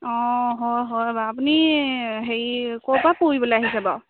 অঁ হয় হয় বাৰু আপুনি হেৰি ক'ৰপৰা ফুৰিবলে আহিছে বাৰু